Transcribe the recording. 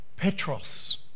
Petros